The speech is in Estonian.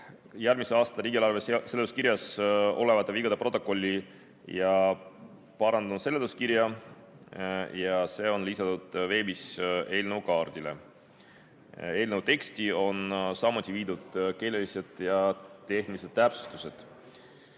järgmise aasta riigieelarve seletuskirjas olevate vigade protokolli ja parandatud seletuskirja ning see on lisatud veebis eelnõu kaardile. Eelnõu teksti on sisse viidud keelelised ja tehnilised täpsustused.